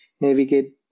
navigate